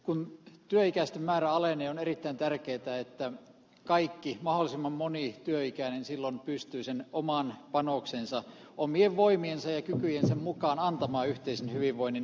kun työikäisten määrä alenee on erittäin tärkeätä että kaikki mahdollisimman moni työikäinen silloin pystyvät antamaan oman panoksensa omien voimiensa ja kykyjensä mukaan yhteisen hyvinvoinnin rakentamiseen